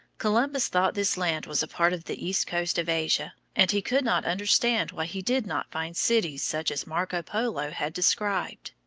columbus thought this land was a part of the east coast of asia, and he could not understand why he did not find cities such as marco polo had described.